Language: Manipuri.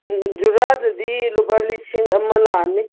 ꯎꯝ ꯎꯝ ꯖꯨꯔꯥꯗꯗꯤ ꯂꯨꯄꯥ ꯂꯤꯁꯤꯡ ꯑꯃ ꯂꯥꯛꯑꯅꯤ